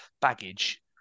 Baggage